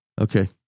Okay